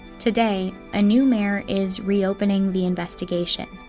today, a new mayor is re-opening the investigation.